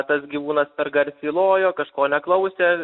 tas gyvūnas per garsiai lojo kažko neklausė